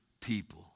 people